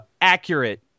accurate